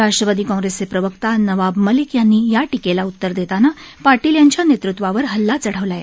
राष्ट्रवादी काँग्रेसचे प्रवक्ते नवाब मलिक यांनी या टीकेला उतर देताना पाटील यांच्या नेतृत्वावर हल्ला चढवला आहे